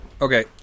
Okay